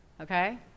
Okay